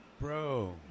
Bro